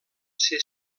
ser